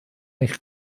eich